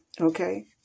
Okay